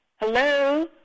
Hello